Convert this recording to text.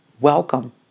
Welcome